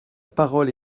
parole